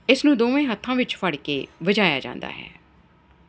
ਇਸਨੂੰ ਦੋਵੇਂ ਹੱਥਾਂ ਵਿੱਚ ਫੜ ਕੇ ਵਜਾਇਆ ਜਾਂਦਾ ਹੈ